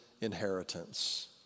inheritance